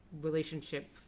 relationship